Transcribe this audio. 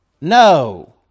no